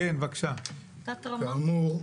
כאמור,